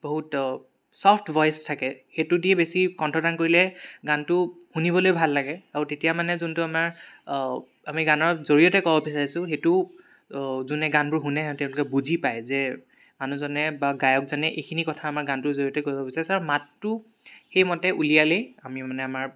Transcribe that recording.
বহুত soft voice থাকে সেইটো দি বেছি কণ্ঠদান কৰিলে গানটো শুনিবলৈ ভাল লাগে আৰু তেতিয়া মানে যোনটো আমাৰ আমি গানৰ জৰিয়তে ক'ব বিচাৰিছো সেইটো যোনে গানবোৰ শুনে তেওঁলোকে বুজি পায় যে মানুহজনে বা গায়কজনে এইখিনি কথা আমাৰ গানটোৰ জৰিয়তে ক'ব বিচাৰিছে আৰু মাতটো সেইমতে উলিয়ালেই আমি মানে আমাৰ